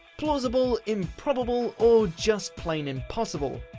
plausible, improbable or just plain impossible?